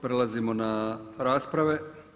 Prelazimo na rasprave.